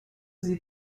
sie